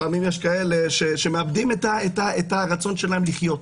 לפעמים יש כאלה שמאבדים את הרצון שלכם לחיות.